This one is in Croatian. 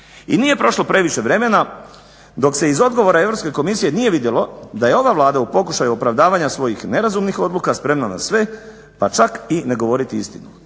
I nije prošlo previše vremena dok se iz odgovora Europske komisije nije vidjelo da je ova Vlada u pokušaju opravdavanja svojih nerazumnih odluka spremna na sve pa čak i ne govoriti istinu.